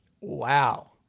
Wow